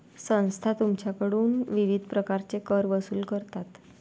संस्था तुमच्याकडून विविध प्रकारचे कर वसूल करतात